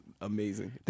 amazing